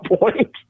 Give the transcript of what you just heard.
point